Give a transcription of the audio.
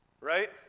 right